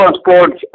sports